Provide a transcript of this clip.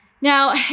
Now